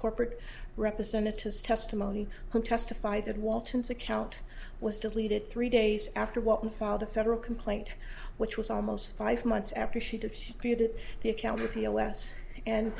corporate representatives testimony who testified that walton's account was deleted three days after one filed a federal complaint which was almost five months after she did she created the account with us and